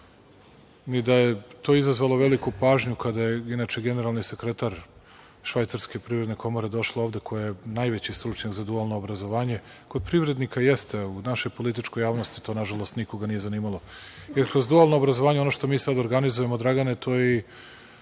ni da je to izazvalo veliku pažnju kada je inače generalni sekretar Švajcarske privredne komore došla ovde, koja je najveći stručnjak za dualno obrazovanje. Kod privrednika jeste, u našoj političkoj javnosti to, nažalost, nikoga nije zanimalo. Jer, kroz dualno obrazovanje, ono što mi sad organizujemo, Dragane, to je i